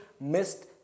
missed